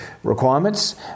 requirements